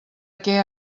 què